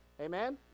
amen